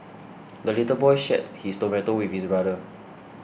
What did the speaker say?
the little boy shared his tomato with his brother